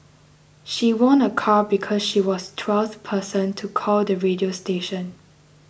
she won a car because she was twelfth person to call the radio station